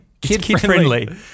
Kid-friendly